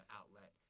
outlet